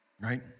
Right